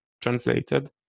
translated